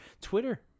Twitter